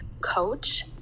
coach